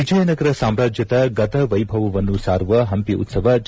ವಿಜಯನಗರ ಸಾಮ್ರಾಜ್ಯದ ಗತ ವೈಭವವನ್ನು ಸಾರುವ ಹಂಪಿ ಉತ್ಸವದ ಜ